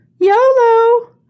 YOLO